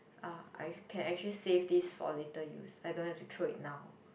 ah I can actually save this for later use I don't have to throw it now